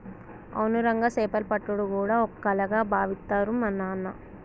అవును రంగా సేపలు పట్టుడు గూడా ఓ కళగా బావిత్తరు మా నాయిన